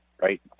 right